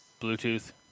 Bluetooth